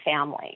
family